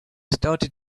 started